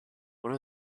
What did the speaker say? one